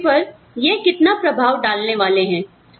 एक दूसरे पर यह कितना प्रभाव डालने वाले हैं